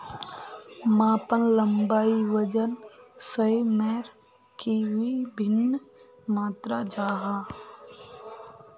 मापन लंबाई वजन सयमेर की वि भिन्न मात्र जाहा?